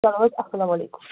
چلو حظ اَسلام علیکُم